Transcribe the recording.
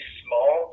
small